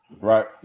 Right